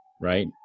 right